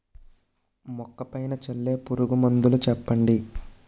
మొక్క పైన చల్లే పురుగు మందులు చెప్పండి?